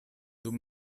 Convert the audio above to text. dum